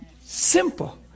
simple